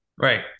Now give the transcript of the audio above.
right